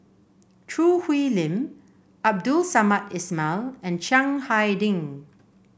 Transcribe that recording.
Choo Hwee Lim Abdul Samad Ismail and Chiang Hai Ding